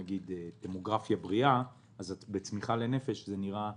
דמוגרפיה בריאה אז בצמיחה לנפש אנחנו